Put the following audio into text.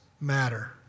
matter